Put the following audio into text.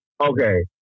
Okay